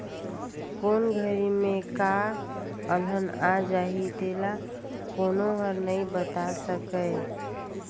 कोन घरी में का अलहन आ जाही तेला कोनो हर नइ बता सकय